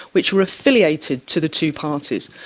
which were affiliated to the two parties.